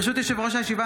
ברשות יושב-ראש הישיבה,